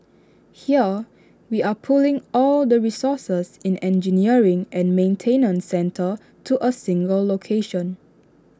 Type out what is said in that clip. here we are pulling all the resources in engineering and maintenance centre to A single location